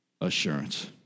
assurance